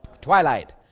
Twilight